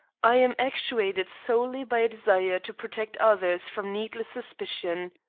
i am actuated solely by a desire to protect others from needless suspicion.